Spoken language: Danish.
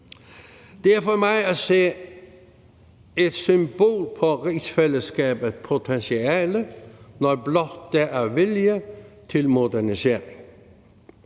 Det er for mig at se et symbol på rigsfællesskabets potentiale, når blot der er vilje til modernisering.